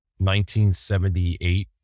1978